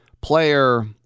player